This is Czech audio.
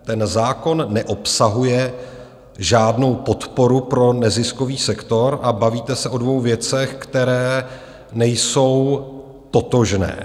Ten zákon neobsahuje žádnou podporu pro neziskový sektor a bavíte se o dvou věcech, které nejsou totožné.